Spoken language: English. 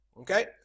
Okay